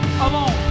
alone